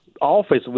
office